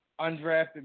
undrafted